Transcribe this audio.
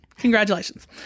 Congratulations